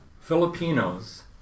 Filipinos